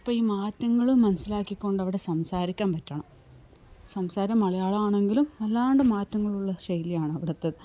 അപ്പം ഈ മാറ്റങ്ങള് മനസ്സിലാക്കിക്കൊണ്ട് അവിടെ സംസാരിക്കാൻ പറ്റണം സംസാരം മലയാളം ആണെങ്കിലും വല്ലാണ്ട് മാറ്റങ്ങളുള്ള ശൈലി ആണ് അവിടത്തേത്